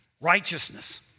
righteousness